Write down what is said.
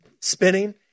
spinning